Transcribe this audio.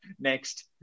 next